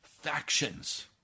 Factions